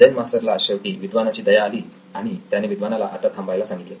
Zen master ला शेवटी विद्वानाची दया आली आणि त्याने विद्वानाला आता थांबायला सांगितले